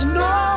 no